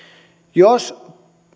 jos